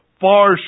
far